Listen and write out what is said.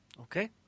Okay